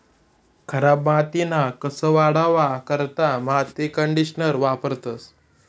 खराब मातीना कस वाढावा करता माती कंडीशनर वापरतंस